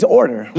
order